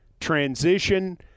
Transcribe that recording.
transition